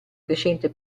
crescente